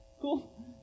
Cool